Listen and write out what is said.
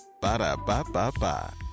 Ba-da-ba-ba-ba